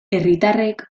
herritarrek